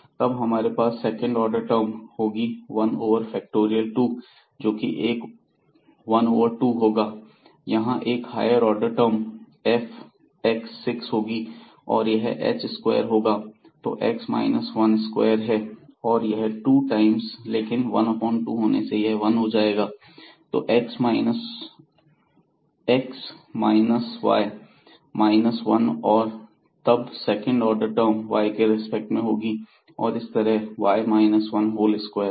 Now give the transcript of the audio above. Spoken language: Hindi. तब हमारे पास सेकंड ऑर्डर टर्म होगी वन ओवर फैक्टोरियल दो जोकि एक ओवर टू होगा यहां एक हायर ऑर्डर टर्म fx6 होगी और यह h स्क्वेयर होगा तो एक्स माइनस वन 1 स्क्वायर है और यह टू टाइम्स लेकिन 12 होने से यह 1 हो जाएगा तो x minus one x minus y minus one और तब सेकंड ऑर्डर टर्म y के रिस्पेक्ट में होगी और इस तरह y 1 होल स्क्वायर होगा